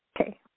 Okay